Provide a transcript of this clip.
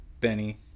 benny